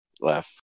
left